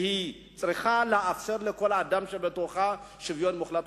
שהיא צריכה לאפשר לכל אדם שוויון מוחלט,